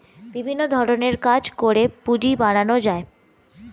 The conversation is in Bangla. বিভিন্ন ধরণের কাজ করে পুঁজি বানানো যায়